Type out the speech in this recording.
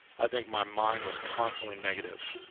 i think my mind was constantly negative.